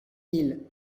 mille